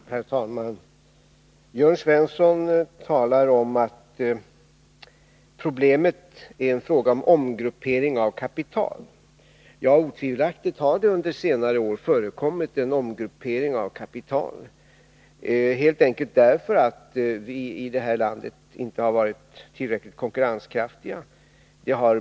Herr talman! Jörn Svensson säger att problemet är en fråga om omgruppering av kapital. Ja, det har under senare år otvivelaktigt förekommit en omgruppering av kapital, helt enkelt därför att vi i detta land inte har varit tillräckligt konkurrenskraftiga.